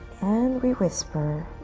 and we whisper